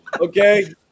Okay